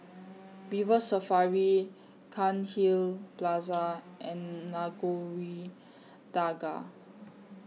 River Safari Cairnhill Plaza and Nagore Dargah